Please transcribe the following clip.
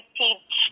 teach